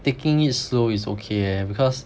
taking it slow is okay eh because